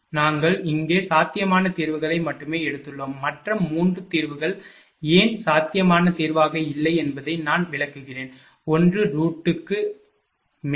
நாங்கள் இங்கே சாத்தியமான தீர்வுகளை மட்டுமே எடுத்துள்ளோம் மற்ற 3 தீர்வுகள் ஏன் சாத்தியமான தீர்வாக இல்லை என்பதை நான் விளக்குகிறேன் 1 ரூட் 2 க்கு மேல்